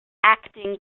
acting